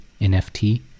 NFT